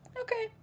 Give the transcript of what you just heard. Okay